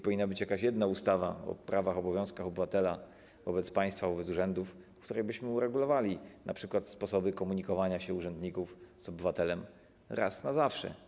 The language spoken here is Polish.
Powinna być jakaś jedna ustawa o prawach, obowiązkach obywatela wobec państwa, wobec urzędów, w której byśmy uregulowali np. sposoby komunikowania się urzędników z obywatelem raz na zawsze.